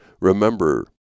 remember